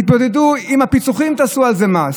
תתמודדו עם הפיצוחים, תעשו על זה מס.